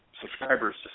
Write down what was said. subscribers